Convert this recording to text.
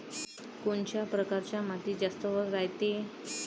कोनच्या परकारच्या मातीत जास्त वल रायते?